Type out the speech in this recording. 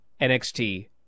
NXT